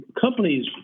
companies